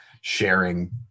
sharing